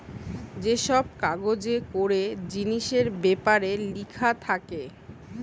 যে সব কাগজে করে জিনিসের বেপারে লিখা থাকে